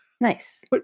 Nice